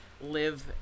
live